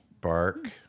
Bark